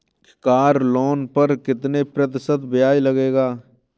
Car loan पर कितने प्रतिशत ब्याज लगेगा?